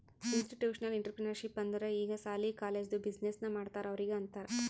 institutional entrepreneurship ಅಂದುರ್ ಈಗ ಸಾಲಿ, ಕಾಲೇಜ್ದು ಬಿಸಿನ್ನೆಸ್ ಮಾಡ್ತಾರ ಅವ್ರಿಗ ಅಂತಾರ್